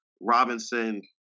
Robinson –